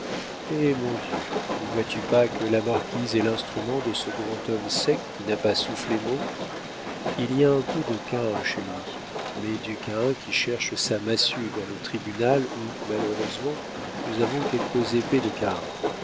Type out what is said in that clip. eh mon dieu ne vois-tu pas que la marquise est l'instrument de ce grand homme sec qui n'a pas soufflé mot il y a un peu de caïn chez lui mais du caïn qui cherche sa massue dans le tribunal où malheureusement nous avons quelques épées de caïn